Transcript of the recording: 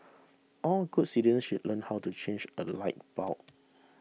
all good citizens should learn how to change a light bulb